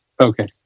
Okay